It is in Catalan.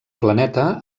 planeta